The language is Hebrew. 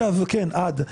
כן, "עד".